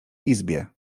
izbie